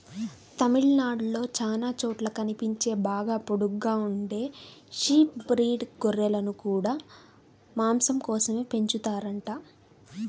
తమిళనాడులో చానా చోట్ల కనిపించే బాగా పొడుగ్గా ఉండే షీప్ బ్రీడ్ గొర్రెలను గూడా మాసం కోసమే పెంచుతారంట